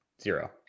Zero